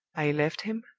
i left him,